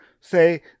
say